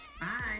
Bye